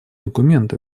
документ